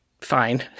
fine